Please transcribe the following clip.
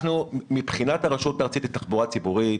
מבחינת הרשות הארצית לתחבורה ציבורית,